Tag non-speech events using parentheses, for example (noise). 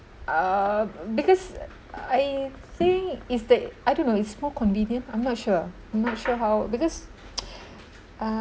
err because I think it's the I don't know it's more convenient I'm not sure I'm not sure how because (noise) uh